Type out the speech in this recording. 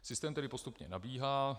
Systém tedy postupně nabíhá.